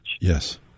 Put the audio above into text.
Yes